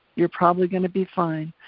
you're probably gonna be fine,